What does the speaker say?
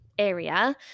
area